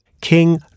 King